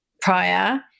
prior